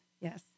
yes